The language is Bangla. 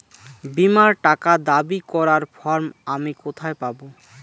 বীমার টাকা দাবি করার ফর্ম আমি কোথায় পাব?